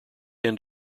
end